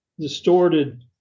distorted